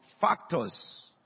factors